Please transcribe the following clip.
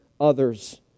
others